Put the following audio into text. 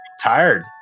tired